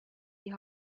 die